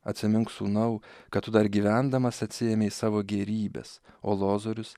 atsimink sūnau kad tu dar gyvendamas atsiėmei savo gėrybes o lozorius